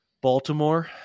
Baltimore